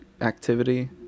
activity